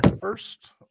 first